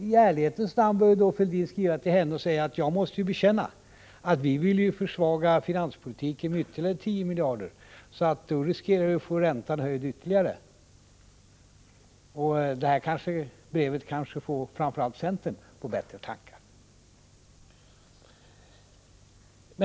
I ärlighetens namn bör Fälldin skriva till henne och säga: Jag måste bekänna att vi vill försvaga finanspolitiken med ytterligare 10 miljarder, så då riskerar du att få räntan höjd ytterligare. — Det här brevet kanske får framför allt centern på bättre tankar.